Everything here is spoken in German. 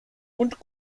und